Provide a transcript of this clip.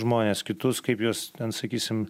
žmones kitus kaip juos ten sakysim